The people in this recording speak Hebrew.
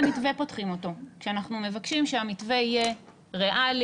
מתווה פותחים אותו כשאנחנו מבקשים שהמתווה יהיה ריאלי,